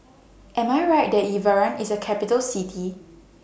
Am I Right that Yerevan IS A Capital City